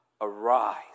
arise